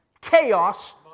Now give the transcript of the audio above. chaos